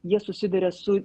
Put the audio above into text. jie susiduria su